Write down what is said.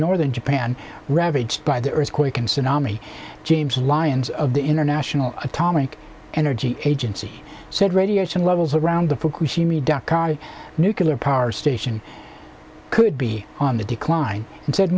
northern japan ravaged by the earthquake and tsunami james lyons of the international atomic energy agency said radiation levels around the fukushima nuclear power station could be on the decline and said